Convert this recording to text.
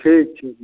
ठीक छै